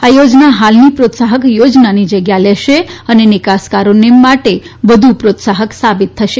આ યોજના હાલની મ્રોત્સાહક યોજનાની જગ્યા લેશે અને નિકાસકારોને માટે વધુ મ્રોત્સાહક સાબિત થશે